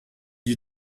you